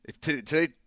Today